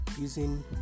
using